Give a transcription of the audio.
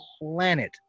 planet